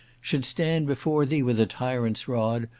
should stand before thee with a tyrant's rod,